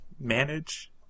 manage